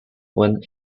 when